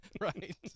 Right